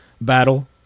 battle